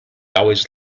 always